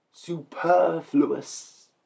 superfluous